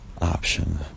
option